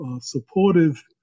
supportive